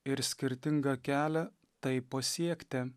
ir skirtingą kelią tai pasiekti